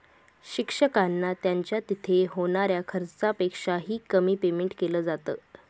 शिक्षकांना त्यांच्या तिथे होणाऱ्या खर्चापेक्षा ही, कमी पेमेंट केलं जात